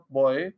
boy